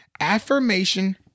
affirmation